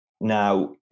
Now